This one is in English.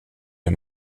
and